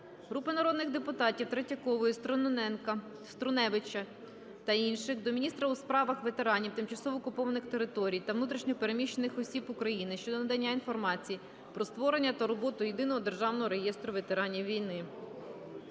Групи народних депутатів (Третьякової, Струневича та інших) до міністра у справах ветеранів, тимчасово окупованих територій та внутрішньо переміщених осіб України щодо надання інформації про створення та роботу Єдиного державного реєстру ветеранів війни.